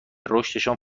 رشدشان